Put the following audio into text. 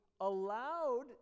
allowed